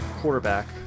quarterback